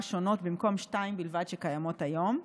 שונות במקום שתיים בלבד שקיימות היום.